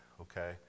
okay